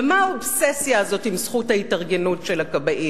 ומה האובססיה הזאת עם זכות ההתארגנות של הכבאים?